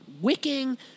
wicking